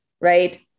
right